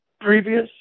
previous